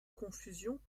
confusion